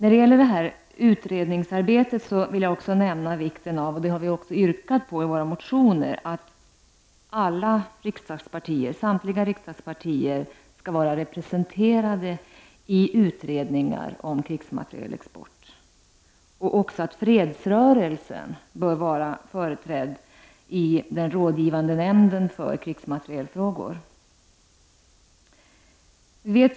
Beträffande utredningsarbetet vill jag också nämna vikten av att samtliga riksdagspartier är representerade i utredningar om krigsmaterielexporten. Fredsrörelsen bör också vara företrädd i den rådgivande nämnden för krigsmaterielfrågor. Detta har vi också yrkat.